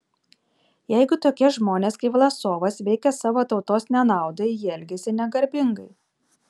jeigu tokie žmonės kaip vlasovas veikia savo tautos nenaudai jie elgiasi negarbingai